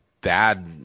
bad